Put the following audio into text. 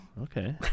Okay